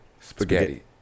Spaghetti